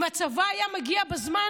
אם הצבא היה מגיע בזמן,